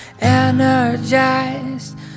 energized